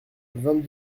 vingt